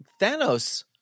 Thanos